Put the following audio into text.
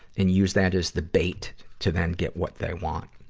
and use that as the bait to then get what they want.